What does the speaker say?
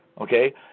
Okay